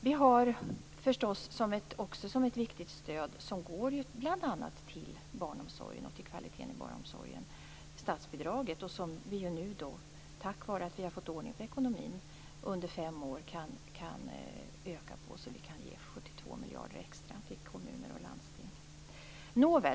Vi har också ett viktigt stöd, som går bl.a. till barnomsorgen och till kvaliteten i barnomsorgen, och det är statsbidraget. Tack vare att vi har fått ordning på ekonomin under fem år kan vi nu öka det så att vi ger 72 miljarder extra till kommuner och landsting.